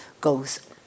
goes